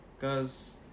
cause